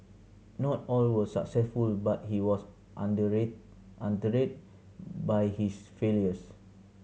not all were successful but he was under read undeterred by his failures